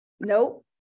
Nope